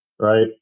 right